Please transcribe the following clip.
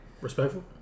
Respectful